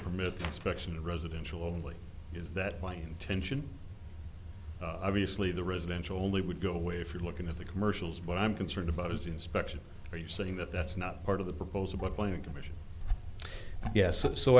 permit expection residential only is that my intention obviously the residential only would go away if you're looking at the commercials but i'm concerned about his inspection are you saying that that's not part of the proposal but play a commission yes so